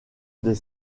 des